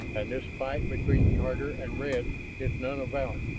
and this fight between tatar and red is none of ours.